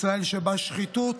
ישראל שבה שחיתות